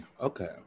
Okay